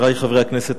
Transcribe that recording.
חברי חברי הכנסת,